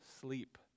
Sleep